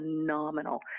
phenomenal